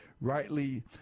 rightly